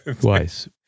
twice